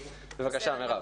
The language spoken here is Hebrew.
בבקשה מירב.